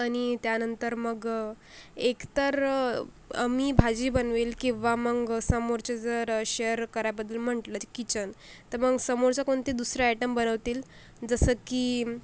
आणि त्यानंतर मग एकतर मी भाजी बनवेल किंवा मग समोरचे जर शेअर करायबद्दल म्हटलं किचन तर मग समोरचं कोण ते दुसरे आयटम बनवतील जसं की